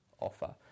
offer